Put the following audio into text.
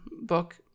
book